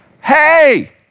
Hey